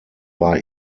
bei